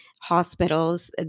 hospitals